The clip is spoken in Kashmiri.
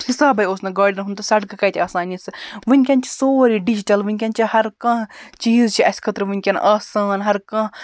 حِسابَے اوس نہٕ گاڑٮ۪ن ہُنٛد تہٕ سَڑکہٕ کَتہِ آسان یِژھٕ وٕنکٮ۪ن چھِ سورُے ڈِجٹَل وٕنکٮ۪ن چھِ ہرکانٛہہ چیٖز چھِ اَسہِ خٲطرٕ وٕنکٮ۪ن آسان ہر کانٛہہ